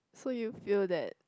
so you feel that